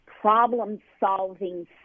problem-solving